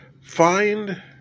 find